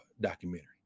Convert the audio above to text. documentary